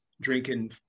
drinking